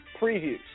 previews